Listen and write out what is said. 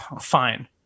fine